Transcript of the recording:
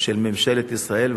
של ממשלת ישראל,